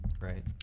right